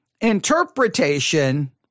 Interpretation